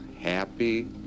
happy